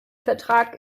vertrag